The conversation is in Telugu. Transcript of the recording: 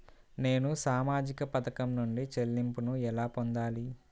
నేను సామాజిక పథకం నుండి చెల్లింపును ఎలా పొందాలి?